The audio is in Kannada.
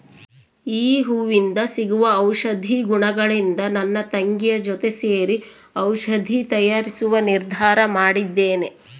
ಈ ಹೂವಿಂದ ಸಿಗುವ ಔಷಧಿ ಗುಣಗಳಿಂದ ನನ್ನ ತಂಗಿಯ ಜೊತೆ ಸೇರಿ ಔಷಧಿ ತಯಾರಿಸುವ ನಿರ್ಧಾರ ಮಾಡಿದ್ದೇನೆ